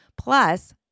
plus